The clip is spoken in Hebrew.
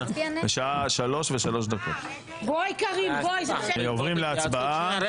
בשעה 15:03. (הישיבה נפסקה בשעה 14:57 ונתחדשה בשעה 15:03.) אפשר